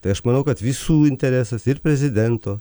tai aš manau kad visų interesas ir prezidento